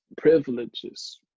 privileges